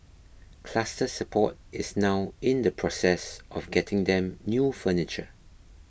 Cluster Support is now in the process of getting them new furniture